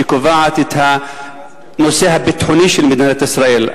שקובעת את הנושא הביטחוני של מדינת ישראל.